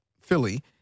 Philly